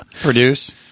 Produce